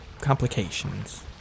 complications